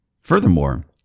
Furthermore